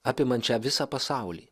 apimančią visą pasaulį